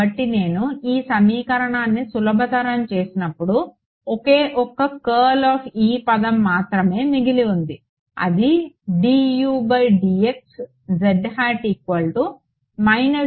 కాబట్టి నేను ఈ సమీకరణాన్ని సులభతరం చేసినప్పుడు ఒకే ఒక పదం మాత్రమే మిగిలి ఉంది అది